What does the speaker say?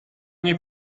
nie